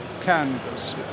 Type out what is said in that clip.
canvas